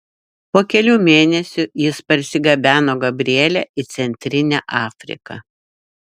po kelių mėnesių jis parsigabeno gabrielę į centrinę afriką